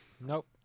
Nope